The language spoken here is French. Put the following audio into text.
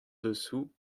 dessous